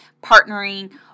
partnering